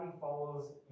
follows